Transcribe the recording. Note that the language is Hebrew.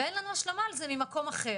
ואין לנו השלמה על זה ממקום אחר'